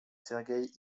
sergueï